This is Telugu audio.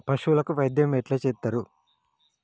పశువులకు వైద్యం ఎట్లా చేత్తరు?